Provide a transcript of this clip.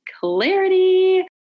Clarity